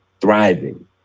thriving